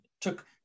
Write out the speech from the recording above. took